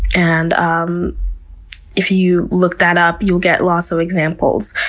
and um if you look that up you'll get lots of examples,